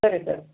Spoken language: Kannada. ಸರಿ ಸರ್